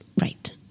Right